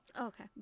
Okay